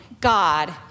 God